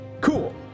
cool